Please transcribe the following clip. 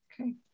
Okay